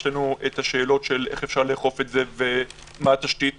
יש השאלות של איך אפשר לאכוף את זה ומה התשתית